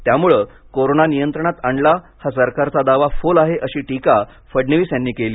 त्यामुळे कोरोना नियंत्रणात आणला हा सरकारचा दावा फोल आहे अशी टीका फडणवीस यांनी केली